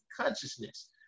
consciousness